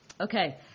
Okay